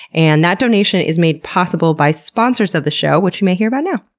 and that donation is made possible by sponsors of the show, which you may hear about now.